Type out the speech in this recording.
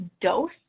dose